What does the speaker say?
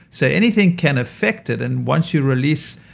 so anything can affect it. and once you release.